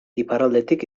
iparraldetik